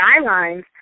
guidelines